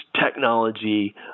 technology